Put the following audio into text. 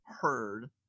Heard